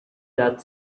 that